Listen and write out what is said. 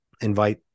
invite